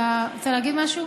אתה רוצה להגיד משהו?